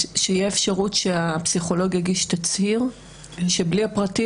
שתהיה אפשרות שהפסיכולוג יגיש תצהיר בלי הפרטים,